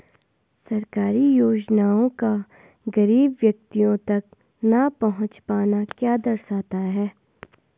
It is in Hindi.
सरकारी योजनाओं का गरीब व्यक्तियों तक न पहुँच पाना क्या दर्शाता है?